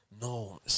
No